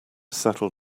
settle